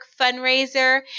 fundraiser